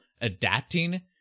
adapting